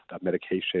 medication